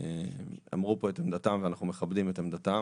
אמרו פה את עמדתם ואנחנו מכבדים את עמדתם.